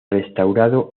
restaurado